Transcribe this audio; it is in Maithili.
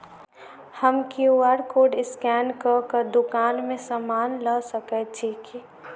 हम क्यू.आर कोड स्कैन कऽ केँ दुकान मे समान लऽ सकैत छी की?